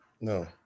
No